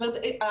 זאת אומרת,